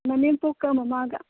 ꯃꯅꯦꯝꯄꯣꯛꯀ ꯃꯃꯥꯒ